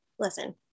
Listen